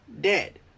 dead